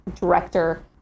director